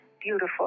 beautiful